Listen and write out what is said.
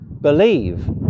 believe